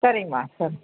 சரிங்கம்மா சரி